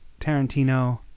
Tarantino